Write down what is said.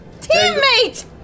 Teammate